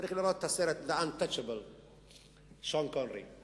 צריך לראות את הסרט The Untouchable עם שון קונרי.